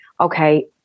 Okay